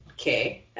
okay